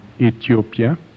Ethiopia